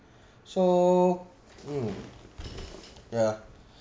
so mm yeah